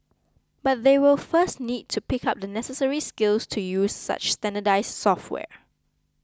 but they will first need to pick up the necessary skills to use such standardized software